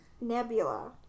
Nebula